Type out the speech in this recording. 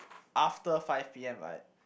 after five P_M right